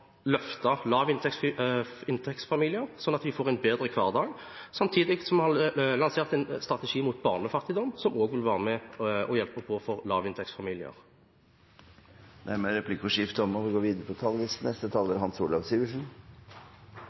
at vi har løftet lavinntektsfamiliene, sånn at de får en bedre hverdag, samtidig som vi har lansert en strategi mot barnefattigdom, som også vil være med å hjelpe for lavinntektsfamilier. Replikkordskiftet er omme.